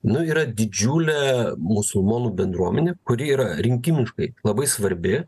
nu yra didžiulė musulmonų bendruomenė kuri yra rinkimiškai labai svarbi